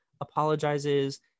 apologizes